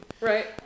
right